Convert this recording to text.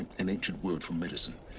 an ancient word for medicine.